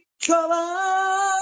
trouble